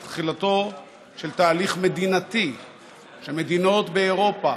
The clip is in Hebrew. את תחילתו של תהליך מדינתי שמדינות באירופה,